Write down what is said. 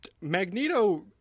Magneto